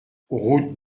route